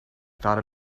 thought